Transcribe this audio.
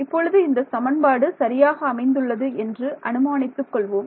இப்பொழுது இந்த சமன்பாடு சரியாக அமைந்துள்ளது என்று அனுமானித்துக் கொள்வோம்